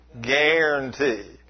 Guarantee